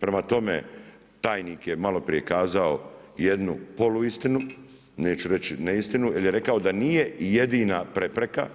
Prema tome, tajnik je malo prije kazao, jednu poluistinu, neću reći neistinu, jer je rekao da nije jedina prepreka,